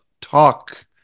talk